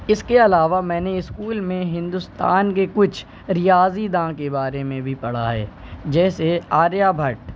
اس کے علاوہ میں نے اسکول میں ہندوستان کے کچھ ریاضی داں کے بارے میں بھی پڑھا ہے جیسے آریہ بھٹ